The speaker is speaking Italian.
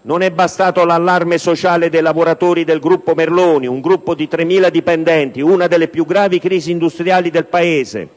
Non è bastato l'allarme sociale dei lavoratori del gruppo Merloni (un gruppo di 3.000 dipendenti), una delle più gravi crisi industriali del Paese;